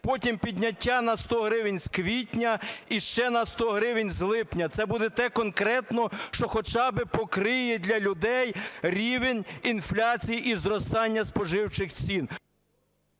потім підняття на 100 гривень з квітня і ще на 100 гривень – з липня. Це буде те конкретно, що хоча би покриє для людей рівень інфляції і зростання споживчих цін.